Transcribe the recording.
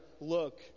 look